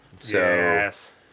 Yes